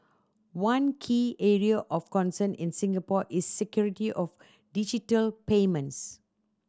one key area of concern in Singapore is security of digital payments